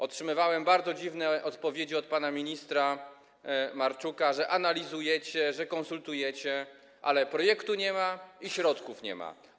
Otrzymywałem bardzo dziwne odpowiedzi od pana ministra Marczuka, że analizujecie, że konsultujecie, ale projektu nie ma i środków nie ma.